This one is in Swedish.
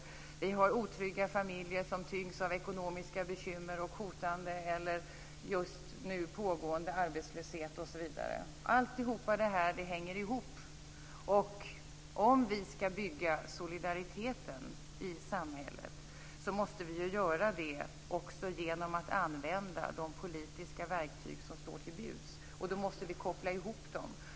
Det är otrygga familjer som tyngs av ekonomiska bekymmer och hotande eller pågående arbetslöshet. Allt det här hänger ihop. Om vi skall bygga solidaritet i samhället måste vi göra det också genom att använda de politiska verktyg som står till buds och koppla ihop dem.